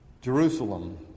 Jerusalem